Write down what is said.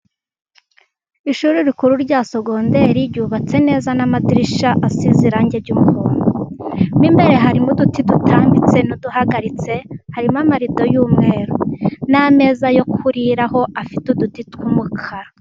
Ishuri rikuru rya sogondere ryubatse neza n'amadirishya asize irangi ry'umuhomdo, mo imbere harimo uduti dutambitse n'uduhagaritse, harimo amarido y'umweru n'ameza yo kuriraho afite uduti tw'umukara.